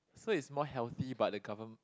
so is more healthy but the government